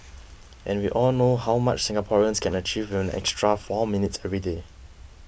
and we all know how much Singaporeans can achieve with an extra four minutes every day